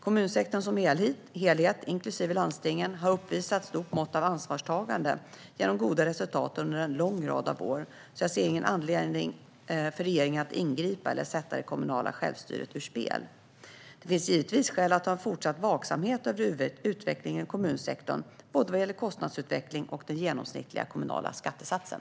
Kommunsektorn som helhet, inklusive landstingen, har uppvisat ett stort mått av ansvarstagande genom goda resultat under en lång rad av år, så jag ser i dag ingen anledning för regeringen att ingripa eller sätta det kommunala självstyret ur spel. Det finns givetvis skäl att ha en fortsatt vaksamhet över utvecklingen i kommunsektorn, både vad gäller kostnadsutveckling och den genomsnittliga kommunala skattesatsen.